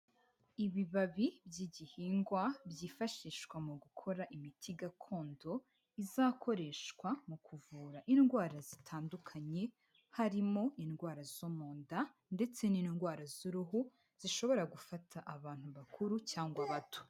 Ibibabi by'igihingwa byifashishwa mu gukora imiti gakondo izakoreshwa mu kuvura indwara zitandukanye, harimo indwara zo mu nda, ndetse n'indwara z'uruhu, zishobora gufata abantu bakuru cyangwa abato.